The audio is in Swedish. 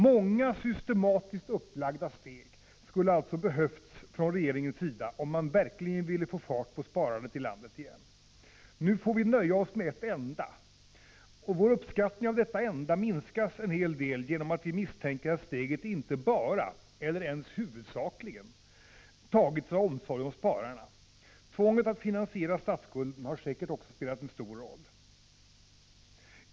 Många systematiskt upplagda steg skulle alltså ha behövts från regeringens sida om man verkligen ville få fart på sparandet i landet igen. Nu får vi nöja oss med ett enda, och vår uppskattning av detta enda minskas en hel del genom att vi misstänker att steget inte bara — eller ens huvudsakligen — har tagits av omsorg om spararna. Tvånget att finansiera statsskulden har säkert också spelat en stor roll.